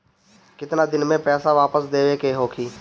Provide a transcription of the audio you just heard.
केतना दिन में पैसा वापस देवे के होखी?